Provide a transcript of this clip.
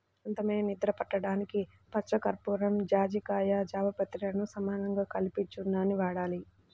ప్రశాంతమైన నిద్ర పట్టడానికి పచ్చకర్పూరం, జాజికాయ, జాపత్రిలను సమానంగా కలిపిన చూర్ణాన్ని వాడాలి